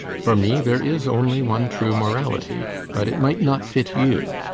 for me there is only one true morality but it might not fit you,